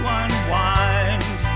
unwind